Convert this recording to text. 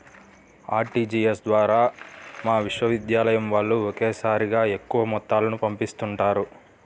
RTGS ద్వారా మా విశ్వవిద్యాలయం వాళ్ళు ఒకేసారిగా ఎక్కువ మొత్తాలను పంపిస్తుంటారు